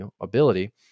ability